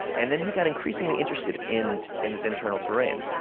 and then he got increasingly interested in in this internal terrain.